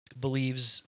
believes